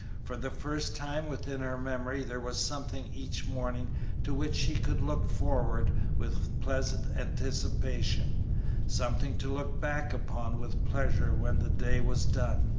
for the first time within her memory there was something each morning to which she could look forward with pleasant anticipation something to look back upon with pleasure when the day was done.